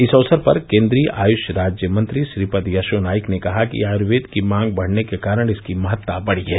इस अवसर पर केन्द्रीय आयुष राज्य मंत्री श्रीपद यशो नाईक ने कहा कि आयुर्वेद की मांग बढ़ने के कारण इसकी महत्ता बढ़ी है